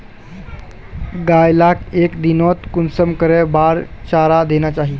गाय लाक एक दिनोत कुंसम करे बार चारा देना चही?